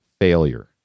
failure